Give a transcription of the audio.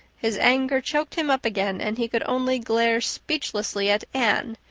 his anger choked him up again and he could only glare speechlessly at anne,